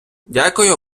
дякую